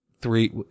three